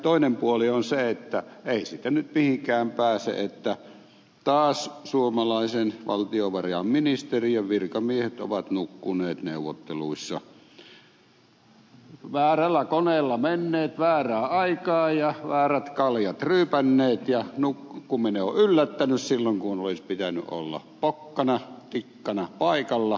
toinen puoli on se että ei siitä nyt mihinkään pääse että taas suomalaisen valtiovarainministeriön virkamiehet ovat nukkuneet neuvotteluissa väärällä koneella menneet väärään aikaan ja väärät kaljat ryypänneet ja nukkuminen on yllättänyt silloin kun olisi pitänyt olla pokkana tikkana paikalla